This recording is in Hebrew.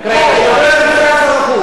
נמצא פה סגן שר החוץ.